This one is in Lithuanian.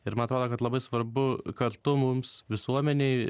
ir man atrodo kad labai svarbu kartu mums visuomenėj